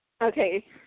Okay